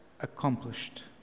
accomplished